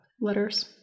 letters